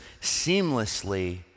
seamlessly